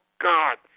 God